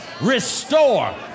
Restore